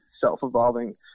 self-evolving